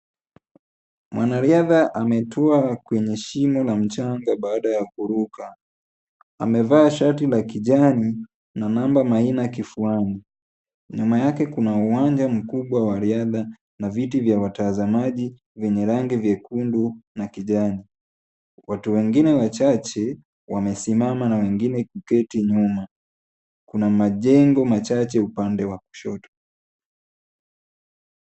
Mwanariadha ametua kwenye shimo la mchanga baada ya kuruka. Amevaa shati la kijani na namba Maina kifuani. Nyuma yake kuna uwanja mkubwa wa riadha na viti za watazamaji vyenye rangi vyekundu na kijani. Watu wengine wachache wamesimama na wengine kuketi nyuma. Kuna majengo machache upande wa kushoto.